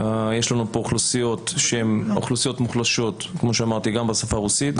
יש לנו פה אוכלוסיות שהן אוכלוסיות מוחלשות גם בשפה הרוסית,